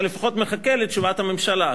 אתה לפחות מחכה לתשובת הממשלה.